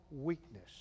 weakness